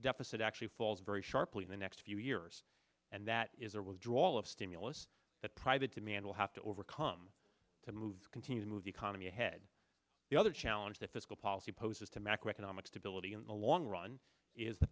deficit actually falls very sharply in the next few years and that is a real drawl of stimulus that private demand will have to overcome to move continue to move the economy ahead the other challenge the fiscal policy poses to macroeconomic stability in the long run is the